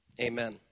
Amen